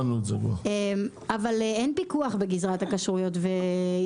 הכשרות ואין פיקוח על הדבר הזה.